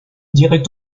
dirait